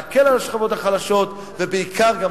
להקל על השכבות החלשות,